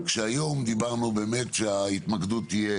ההתמקדות תהיה